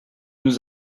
nous